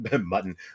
mutton